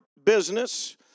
Business